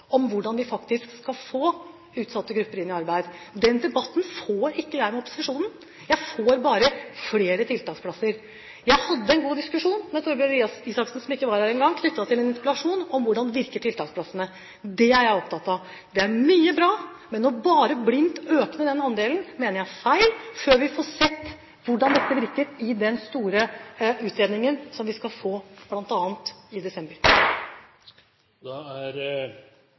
om hvordan vi faktisk skal få utsatte grupper i arbeid. Den debatten får ikke jeg med opposisjonen, jeg får bare høre om flere tiltaksplasser. Jeg hadde en god diskusjon med Torbjørn Røe Isaksen, som ikke er her engang, knyttet til en interpellasjon om hvordan tiltaksplassene virker. Det er jeg opptatt av. Det er mye bra, men bare blindt å øke den andelen, mener jeg er feil før vi får sett hvordan dette virker i den store utredningen som vi bl.a. skal få i